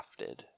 crafted